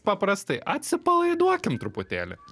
paprastai atsipalaiduokim truputėlį